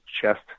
chest